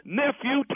nephew